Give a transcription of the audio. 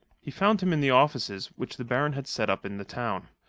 he found him in the offices which the baron had set up in the town,